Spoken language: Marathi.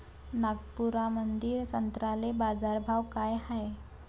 नागपुरामंदी संत्र्याले बाजारभाव काय हाय?